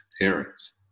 parents